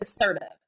assertive